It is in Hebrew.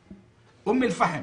אום אל פחם,